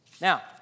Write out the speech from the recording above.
Now